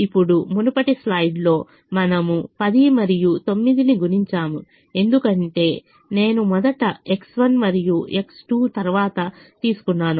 ఇప్పుడు మునుపటి స్లైడ్లో మనము 10 మరియు 9 ను గుణించాము ఎందుకంటే నేను మొదట X1 మరియు X2 తరువాత తీసుకున్నాను